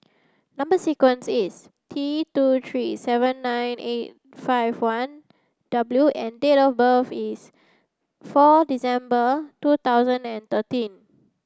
number sequence is T two three seven nine eight five one W and date of birth is four December two thousand and thirteen